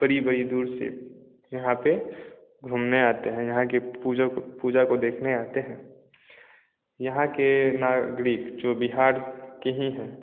बड़ी बड़ी दूर से यहाँ पर घूमने आते हैं यहाँ की पूजो पूजा को देखने आते हैं यहाँ के नागरिक जो बिहार के ही हैं